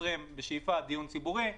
שאיפה לדיון ציבורי,